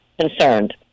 concerned